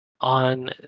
on